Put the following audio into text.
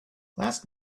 last